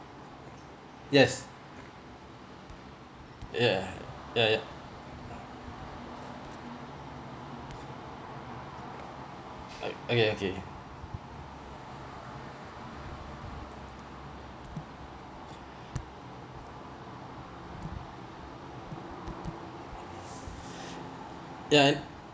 yes ya ya ya okay okay ya